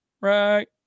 right